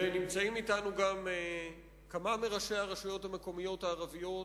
נמצאים אתנו גם כמה מראשי הרשויות המקומיות הערביות